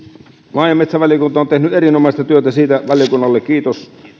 maa ja metsätalousvaliokunta on tehnyt erinomaista työtä siitä valiokunnalle kiitos